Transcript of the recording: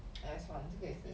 !aiya! 算这个也是